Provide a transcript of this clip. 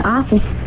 office